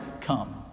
Come